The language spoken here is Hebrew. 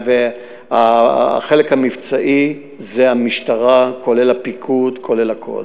והחלק המבצעי זו המשטרה כולל הפיקוד, כולל הכול.